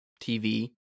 TV